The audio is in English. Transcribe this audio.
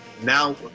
now